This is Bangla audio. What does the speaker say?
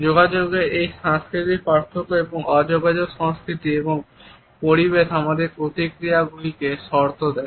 যোগাযোগের এই সাংস্কৃতিক পার্থক্য এবং অ যোগাযোগ সংস্কৃতি এবং পরিবেশ আমাদের প্রতিক্রিয়াগুলিকে শর্ত দেয়